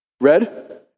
red